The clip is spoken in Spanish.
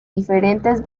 diferentes